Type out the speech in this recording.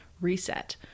reset